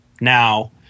now